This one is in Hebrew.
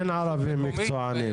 אין ערבים מקצוענים.